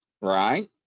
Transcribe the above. right